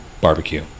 barbecue